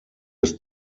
des